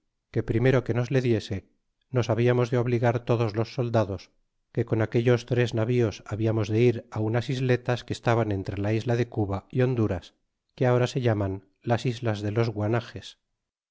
que primero que nos le diese nos hablamos de obligar todos los soldados que con aquellos tres navíos habiantos de ir á unas isletas que estan entre la isla de cuba y honduras que ahora se llaman las islas de los